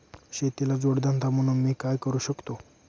शेतीला जोड धंदा म्हणून मी काय करु शकतो?